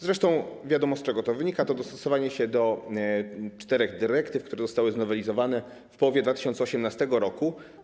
Zresztą wiadomo, z czego to wynika - to jest dostosowanie się do czterech dyrektyw, które zostały znowelizowane w połowie 2018 r.